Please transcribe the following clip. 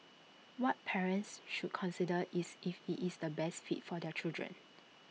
what parents should consider is if IT is the best fit for their children